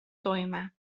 toime